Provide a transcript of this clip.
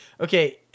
Okay